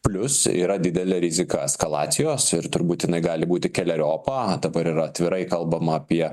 plius yra didelė rizika eskalacijos ir turbūt jinai gali būti keleriopa dabar yra atvirai kalbama apie